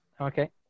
Okay